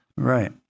Right